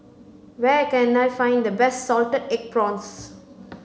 where can I find the best salted egg prawns